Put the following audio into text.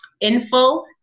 info